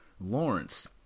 Lawrence